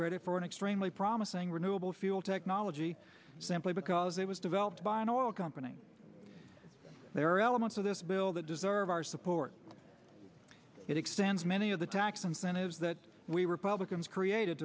credit for an extremely promising renewable fuel technology simply because it was developed by an oil company there are elements of this bill that deserve our support it extends many of the tax incentives that we republicans created